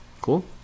Cool